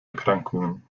erkrankungen